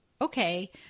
okay